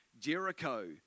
Jericho